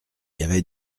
avait